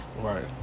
Right